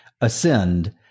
Ascend